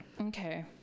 Okay